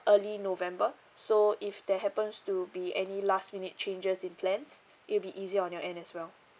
early november so if there happens to be any last minute changes in plans it'll be easier on your end as well